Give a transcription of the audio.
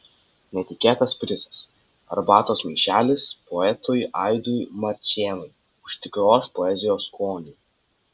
netikėtas prizas arbatos maišelis poetui aidui marčėnui už tikros poezijos skonį